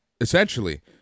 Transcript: essentially